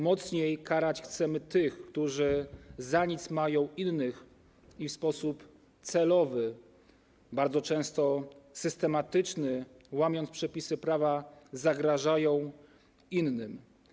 Mocniej chcemy karać tych, którzy za nic mają innych i w sposób celowy, bardzo często systematyczny, łamiąc przepisy prawa, zagrażają innym.